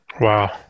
Wow